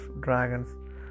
dragons